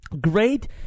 Great